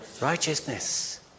righteousness